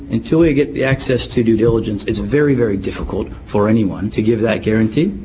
until we get the access to due diligence, it's very, very difficult for anyone to give that guarantee.